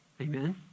Amen